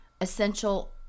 essential